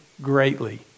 greatly